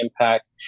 impact